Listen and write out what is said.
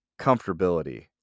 comfortability